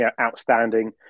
outstanding